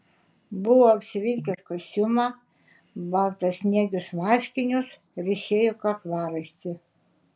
buvo apsivilkęs kostiumą baltasniegius marškinius ryšėjo kaklaraištį